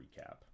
recap